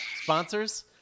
Sponsors